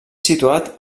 situat